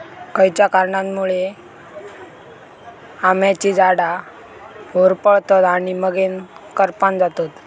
खयच्या कारणांमुळे आम्याची झाडा होरपळतत आणि मगेन करपान जातत?